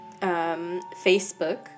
facebook